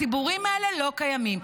הציבורים האלה לא קיימים.